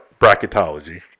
bracketology